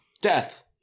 death